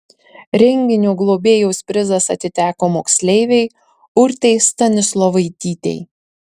renginio globėjos prizas atiteko moksleivei urtei stanislovaitytei